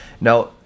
Now